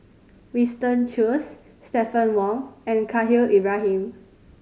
Winston Choos Stephanie Wong and Khalil Ibrahim